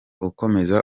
ukomeza